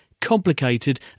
complicated